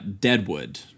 Deadwood